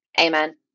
amen